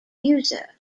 user